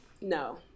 No